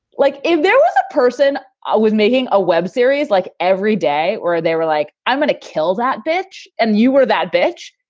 like if there was a person ah with making a web series like every day or or they were like, i'm going to kill that bitch and you were that bitch,